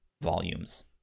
volumes